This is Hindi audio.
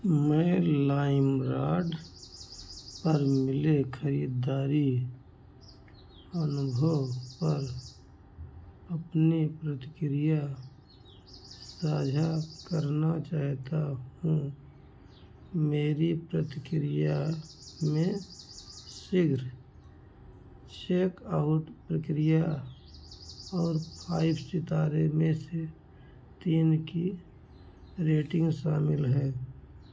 मैं लाइमरॉड पर मिले खरीदारी अनुभव पर अपनी प्रतिक्रिया साझा करना चाहता हूँ मेरी प्रतिक्रिया में शीघ्र चेकआउट प्रक्रिया और फाइव सितारे में से तीन की रेटिंग शामिल है